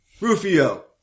rufio